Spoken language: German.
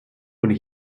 wurde